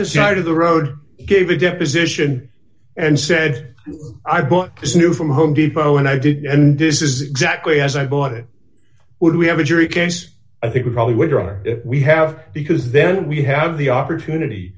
the side of the road gave a deposition and said i bought this new from home depot and i didn't and this is exactly as i bought it would we have a jury case i think we probably would or we have because then we have the opportunity